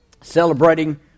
celebrating